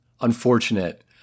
unfortunate